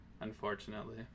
unfortunately